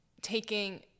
taking